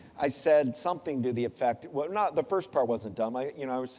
i said something to the effect. well not, the first part wasn't dumb. i, you know, so